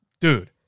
dude